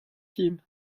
team